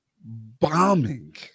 bombing